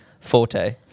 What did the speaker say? forte